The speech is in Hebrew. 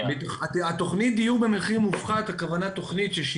התכנית דיור במחיר מופחת הכוונה תכנית שיש